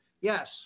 yes